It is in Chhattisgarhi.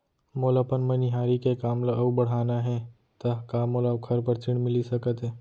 मोला अपन मनिहारी के काम ला अऊ बढ़ाना हे त का मोला ओखर बर ऋण मिलिस सकत हे?